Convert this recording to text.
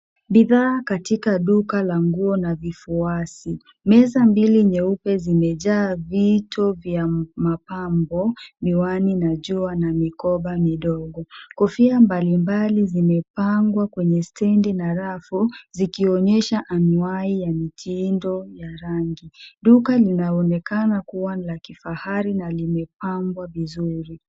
Bidhaa katika duka la nguo na vifuasi. Meza mbili nyeupe zimejaa vito vya mapambo, miwani ya jua na mikoba midogo. Kofia mbalimbali zimepangwa kwenye stendi na rafu, zikionyesha anwai ya mitindo ya rangi. Duka linaonekana kuwa la kifahari na limepambwa vizuri.